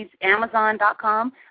Amazon.com